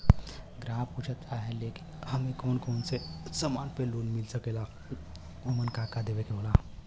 ग्राहक पुछत चाहे ले की हमे कौन कोन से समान पे लोन मील सकेला ओमन का का देवे के होला?